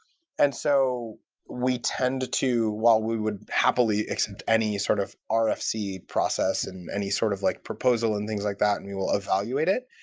and so we tend to to while we would happily accept any sort of ah rfc process and any sort of like proposal and things like that and we will evaluate it,